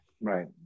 right